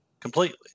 completely